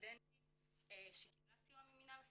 כסטודנטית שקיבלה סיוע ממינהל הסטודנטים,